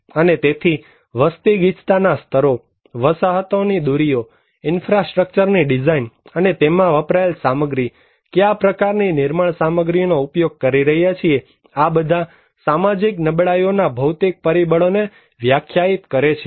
અને તેથી વસ્તી ગીચતાના સ્તરો વસાહતોની દુરીઓ ઇન્ફ્રાસ્ટ્રક્ચરની ડિઝાઇન અને તેમાં વપરાયેલા સામગ્રી કયા પ્રકારની નિર્માણ સામગ્રીઓનો ઉપયોગ કરી રહ્યા છીએ આ બધા સામાજિક નબળાઈઓ ના ભૌતિક પરિબળોને વ્યાખ્યાયિત કરે છે